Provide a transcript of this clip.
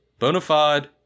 Bonafide